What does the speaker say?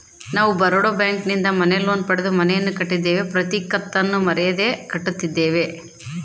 ನಾವು ಬರೋಡ ಬ್ಯಾಂಕಿನಿಂದ ಮನೆ ಲೋನ್ ಪಡೆದು ಮನೆಯನ್ನು ಕಟ್ಟಿದ್ದೇವೆ, ಪ್ರತಿ ಕತ್ತನ್ನು ಮರೆಯದೆ ಕಟ್ಟುತ್ತಿದ್ದೇವೆ